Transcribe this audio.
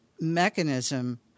mechanism